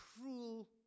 cruel